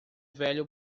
velho